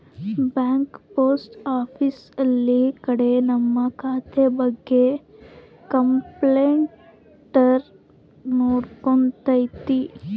bank post office ಎಲ್ಲ ಕಡೆ ನಮ್ ಖಾತೆ ಬಗ್ಗೆ ಕಂಪ್ಯೂಟರ್ ನೋಡ್ಕೊತೈತಿ